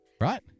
right